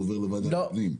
הוא עובר לוועדת הפנים.